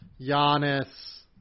Giannis